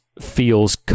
feels